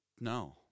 no